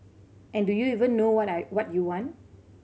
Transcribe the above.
and do you even know what I what you want